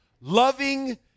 loving